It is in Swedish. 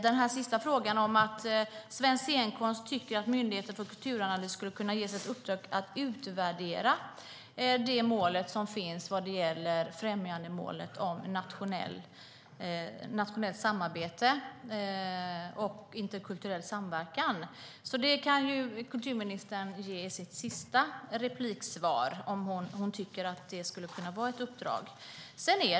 Den sista frågan gällde att Svensk Scenkonst tycker att Myndigheten för kulturanalys skulle kunna ges ett uppdrag att utvärdera det mål som finns vad gäller främjandemålet för nationellt samarbete och interkulturell samverkan. Det kan väl kulturministern ge svar på i sitt sista anförande, om hon tycker att de skulle kunna vara ett uppdrag.